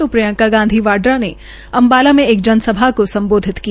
तो प्रियंका गांधी वाड्रा ने अम्बाला में एक जनसभा को सम्बोधित किया